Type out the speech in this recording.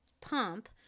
pump